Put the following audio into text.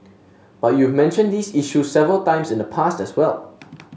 but you've mentioned these issues several times in the past as well